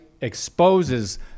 exposes